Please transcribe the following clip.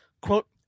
Quote